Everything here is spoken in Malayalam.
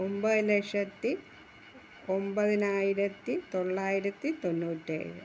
ഒൻപത് ലക്ഷത്തി ഒൻപതി നായിരത്തി തൊള്ളായിരത്തി തൊണ്ണൂറ്റേഴ്